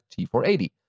T480